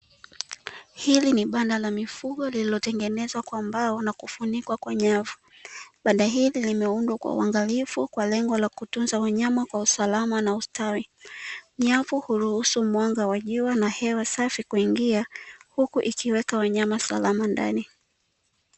Hili ni banda la mifugo lililotengenezwa kwa mbao, na kufunikwa kwa nyavu, banda hili limeundwa kwa uangalifu kwa lengo la kutunza wanyama kwa usalama na ustawi, nyavu huruhusu mwanga wa jua na hewa safi kuingia huku ikiweka wanyama salama ndani.